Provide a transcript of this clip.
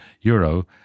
euro